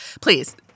please